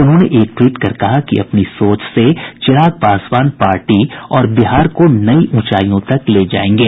उन्होंने एक ट्वीट कर कहा कि अपनी सोच से चिराग पासवान पार्टी और बिहार को नई ऊंचाईयों तक ले जायेंगे